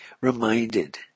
reminded